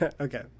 okay